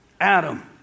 Adam